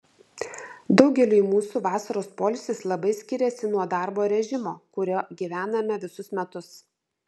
daugeliui mūsų vasaros poilsis labai skiriasi nuo darbo režimo kuriuo gyvename visus metus